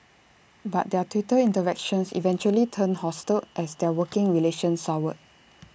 but their Twitter interactions eventually turned hostile as their working relationship soured